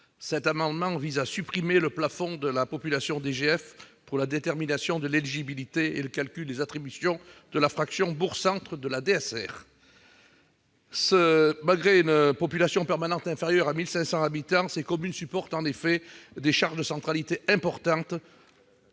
Cet amendement vise à supprimer le plafonnement de la population DGF pour la détermination de l'éligibilité et le calcul des attributions de la fraction bourg-centre de la dotation de solidarité rurale. Malgré une population permanente inférieure à 1 500 habitants, les communes visées supportent en effet des charges de centralité importantes.